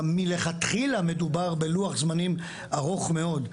מלכתחילה מדובר בלוח זמנים ארוך מאוד,